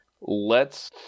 lets